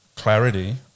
Clarity